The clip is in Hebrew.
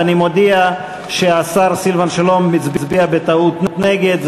אני מודיע שהשר סילבן שלום הצביע בטעות נגד.